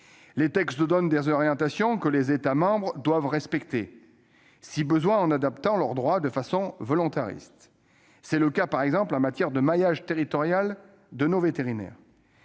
Les textes donnent des orientations que les États membres doivent respecter, si besoin en adaptant leur droit de manière volontariste. C'est le cas, par exemple, pour le maillage territorial de nos vétérinaires.